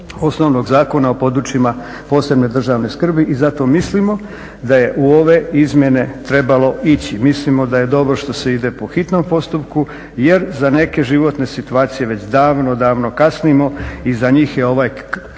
osnovnog Zakona o područjima posebne državne skrbi. I zato mislimo da je u ove izmjene trebalo ići, mislimo da je dobro što se ide po hitnom postupku jer za neke životne situacije već davno, davno kasnimo i za njih je ovaj